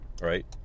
Right